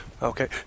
Okay